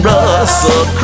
Russell